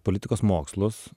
politikos mokslus